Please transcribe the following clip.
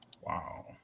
wow